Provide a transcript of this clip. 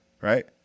Right